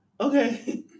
okay